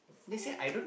they say I don't